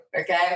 okay